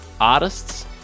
Artists